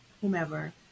whomever